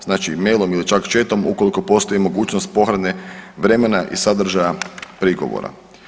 Znači mailom ili čak chatom ukoliko postoji mogućnost pohrane vremena i sadržaja prigovora.